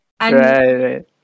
Right